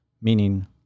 meaning